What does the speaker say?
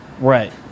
Right